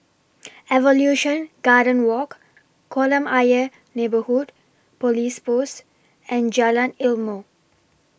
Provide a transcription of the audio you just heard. Evolution Garden Walk Kolam Ayer Neighbourhood Police Post and Jalan Ilmu